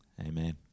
Amen